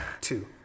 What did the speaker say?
Two